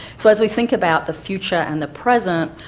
so as we think about the future and the present,